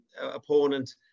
opponent